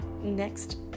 next